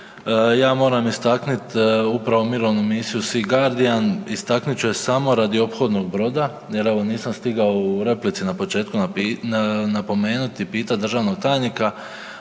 ja moram istaknuti upravo mirovnu misiju Sea Guardian, istaknut ću je samo radi ophodnog broda jer ovo nisam stigao u replici na početku napomenuti, pitati državnog tajnika,